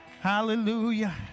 hallelujah